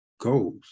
goals